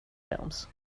films